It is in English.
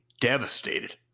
devastated